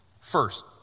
First